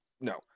no